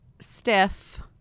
stiff